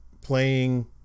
playing